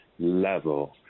Level